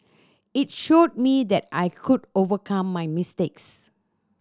it showed me that I could overcome my mistakes